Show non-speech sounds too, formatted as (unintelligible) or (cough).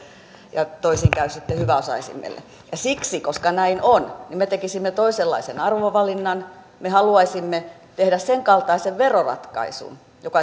ja toisin käy sitten hyväosaisemmille ja siksi että näin on me tekisimme toisenlaisen arvovalinnan me haluaisimme tehdä senkaltaisen veroratkaisun joka (unintelligible)